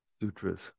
sutras